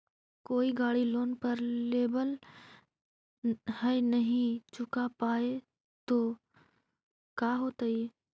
कोई गाड़ी लोन पर लेबल है नही चुका पाए तो का होतई?